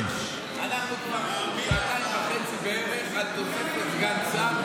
אנחנו כבר שעתיים וחצי בערך על תוספת סגן ראש עיר נבחר.